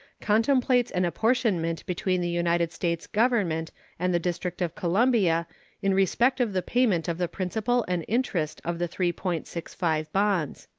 contemplates an apportionment between the united states government and the district of columbia in respect of the payment of the principal and interest of the three point six five bonds.